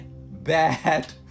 bad